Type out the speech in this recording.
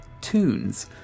tunes